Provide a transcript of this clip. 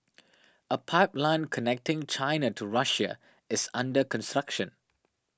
a pipeline connecting China to Russia is under